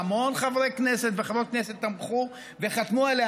והמון חברי כנסת וחברות כנסת תמכו וחתמו עליה,